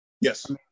Yes